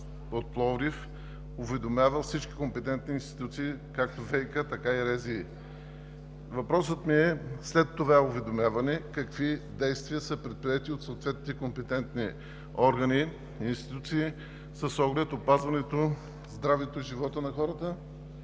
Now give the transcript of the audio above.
– Пловдив, уведомява всички компетентни институции – както ВиК, така и РЗИ. Въпросът ми е: след това уведомяване какви действия са предприети от съответните компетентни органи и институции с оглед опазване здравето и живота на хората